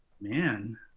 man